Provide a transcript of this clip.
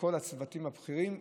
וכל הצוותים הבכירים,